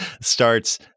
starts